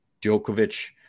Djokovic